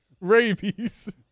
Rabies